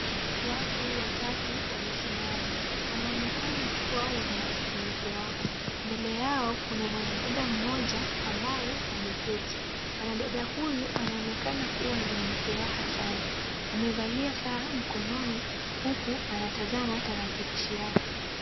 Watu watatu wamesimama. Wanaonekana kuwa wenye furaha. Mbele yao kuna mwanadada mmoja ambaye ameketi. Mwanadada huyu anaonekana kuwa mwenye furaha sana. Amevalia saa mkononi huku anatazama tarakilishi yake.